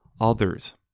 others